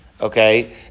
okay